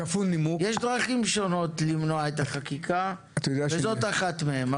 יש דרכים שונות למנוע את החקיקה, וזאת אחת מהן.